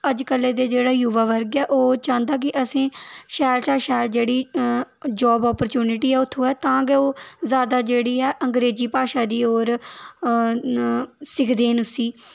अज्ज कल्लै दा जेह्ड़ा युवा वर्ग ऐ ओह् चांह्दा कि असें शैल शा शैल जेह्ड़ी जाब ऑपरच्यूनिटी ओह् थ्होए तां गै ओह् ज्यादा जेह्ड़ी ऐ अंगरेजी भाशा दी होर न सिखदे ने उसी